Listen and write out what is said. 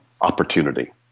opportunity